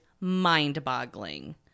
mind-boggling